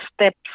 steps